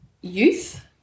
youth